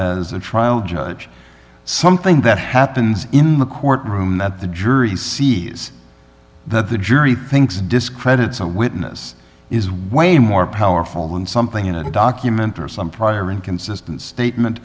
as a trial judge something that happens in the courtroom that the jury sees that the jury thinks discredits a witness is way more powerful than something in a documentary or some prior inconsistent statement